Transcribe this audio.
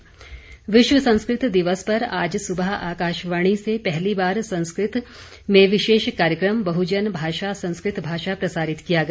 प्रसारण विश्व संस्कृत दिवस पर आज सुबह आकाशवाणी से पहली बार संस्कृत में विशेष कार्यक्रम बहुजन भाषा संस्कृत भाषा प्रसारित किया गया